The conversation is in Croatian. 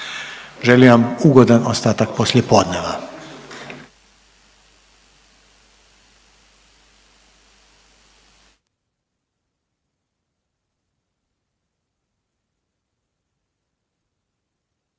Želim vam ugodan ostatak poslijepodneva.